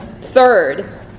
Third